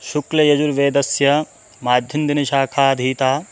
शुक्लयजुर्वेदस्य माध्यन्दिनशाखाधीता